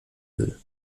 will